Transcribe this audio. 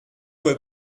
will